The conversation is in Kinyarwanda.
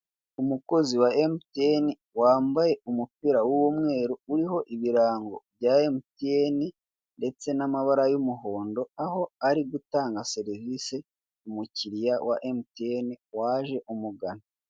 Umukozi wa MTN wambaye umupira w'umweru uriho ibirango bya MTN ndetse n'amabara y'umuhondo aho ari gutanga serivise k'umukiriya wa MTN waje amugana.